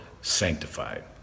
sanctified